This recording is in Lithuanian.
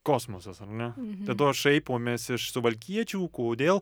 kosmosas ar ne dėl to šaipomės iš suvalkiečių kodėl